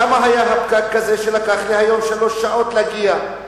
למה היה הפקק הזה שלקח לי היום שלוש שעות להגיע.